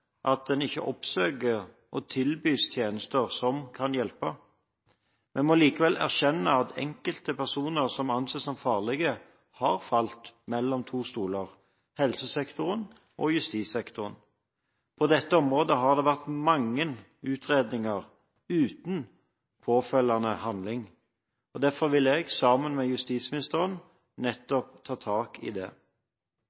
at disse ikke oppsøker og tilbys tjenester som kan hjelpe. Vi må likevel erkjenne at enkelte personer som anses som farlige, har falt mellom to stoler – helsesektoren og justissektoren. På dette området har det vært mange utredninger uten påfølgende handling. Derfor vil jeg, sammen med justisministeren,